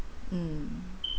mm